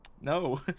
No